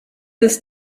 des